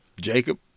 Jacob